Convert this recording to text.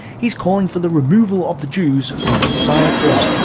he's calling for the removal of the jews from society.